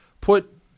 put